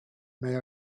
may